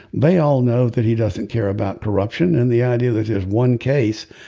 they all know that he doesn't care about corruption and the idea that is one case.